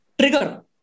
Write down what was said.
trigger